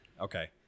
Okay